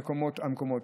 המקומות.